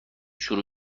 شروع